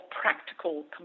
practical